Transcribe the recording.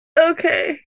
okay